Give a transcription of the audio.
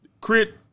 Crit